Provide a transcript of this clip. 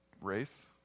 race